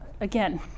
again